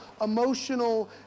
emotional